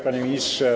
Panie Ministrze!